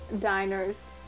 diners